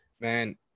Man